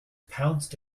pounced